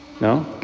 No